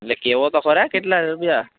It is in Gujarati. એટલે કેઓ તો ખરા કેટલા રૂપિયા